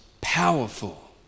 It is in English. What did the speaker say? powerful